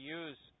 use